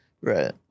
Right